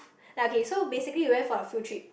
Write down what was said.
like okay so basically we went for a field trip